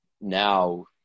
now